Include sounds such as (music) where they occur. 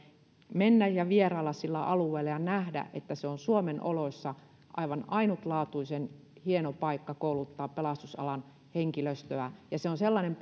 mennä ja vierailla sillä alueella ja nähdä että se on suomen oloissa aivan ainutlaatuisen hieno paikka kouluttaa pelastusalan henkilöstöä ja se on sellainen (unintelligible)